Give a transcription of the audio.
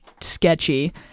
sketchy